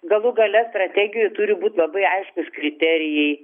galų gale strategijoj turi būti labai aiškūs kriterijai